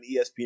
ESPN